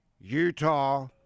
Utah